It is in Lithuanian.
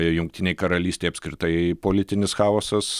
jungtinėj karalystėj apskritai politinis chaosas